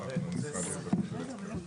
אני מחדש את